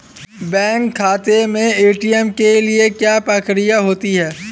Bank खाते में ATM के लिए क्या प्रक्रिया होती है?